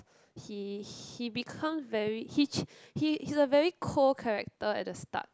he he becomes very he ch~ he he's a very cold character at the start